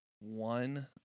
one